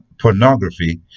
pornography